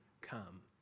come